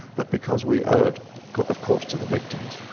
but because we owe it of course to the victims,